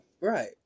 Right